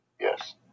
Yes